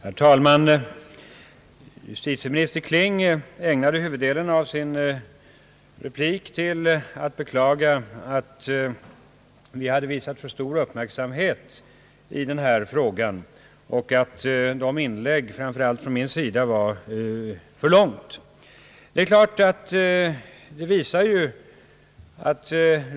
Herr talman! Justitieminister Kling ägnade huvuddelen av sin replik åt att beklaga att vi hade visat denna fråga för stor uppmärksamhet och att framför allt mitt inlägg var för långt.